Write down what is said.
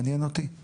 מעניין אותי.